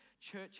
Church